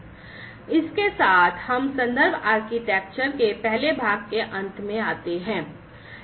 इसके साथ हम संदर्भ आर्किटेक्चर के पहले भाग के अंत में आते हैं